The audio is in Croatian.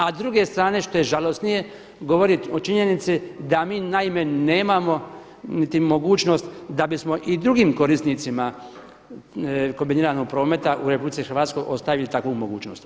A s druge strane što je žalosnije, govoriti o činjenici da mi naime nemamo niti mogućnost da bismo i drugim korisnicima kombiniranog prometa u RH ostavili takvu mogućnost.